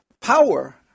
power